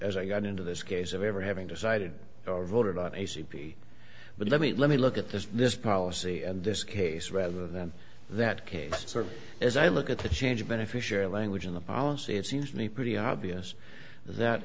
as i got into this case of ever having decided or voted on a c p but let me let me look at this this policy and this case rather than that case sort of as i look at the change of beneficiary language in the policy it seems to me pretty obvious